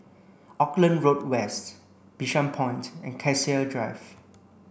Auckland Road West Bishan Point and Cassia Drive